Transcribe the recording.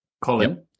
Colin